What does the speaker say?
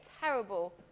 terrible